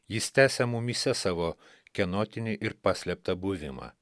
jis tęsia mumyse savo kenotinį ir paslėptą buvimą